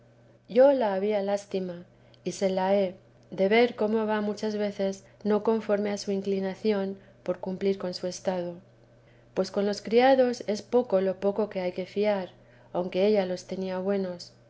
yo la había lástima y se la he de ver cómo va muchas veces no conforme a su inclinación por cumplir con su estado pues con los criados es poco lo poco que hay que fiar aunque ella los tenía buenos